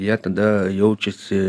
jie tada jaučiasi